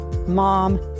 mom